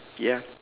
ya